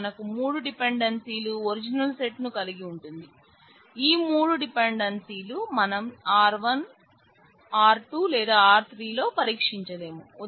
అది మనకు మూడు డిపెండెన్సిలు ఒరిజినల్ సెట్ కలిగి ఉంటుంది ఈ మూడు డిపెండెన్సీలు మనం R1 R2 లేదా R3 లో పరీక్షించలేం